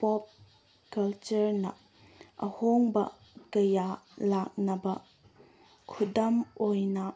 ꯄꯣꯞ ꯀꯜꯆꯔꯅ ꯑꯍꯣꯡꯕ ꯀꯌꯥ ꯂꯥꯛꯅꯕ ꯈꯨꯗꯝ ꯑꯣꯏꯅ